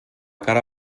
cara